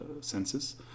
census